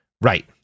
Right